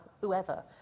whoever